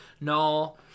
No